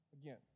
again